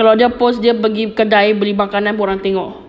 kalau dia post dia pergi kedai beli makanan pun orang tengok